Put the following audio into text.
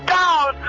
down